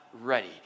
ready